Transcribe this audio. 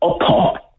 apart